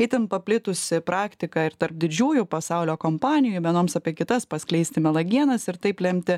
itin paplitusi praktika ir tarp didžiųjų pasaulio kompanijų vienoms apie kitas paskleisti melagienas ir taip lemti